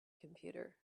computer